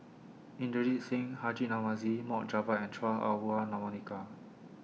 Inderjit Singh Haji Namazie Mohd Javad and Chua Ah Huwa Monica